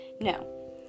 No